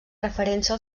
referència